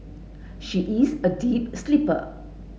she is a deep sleeper